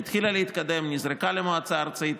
שהיא התחילה להתקדם, נזרקה למועצה הארצית,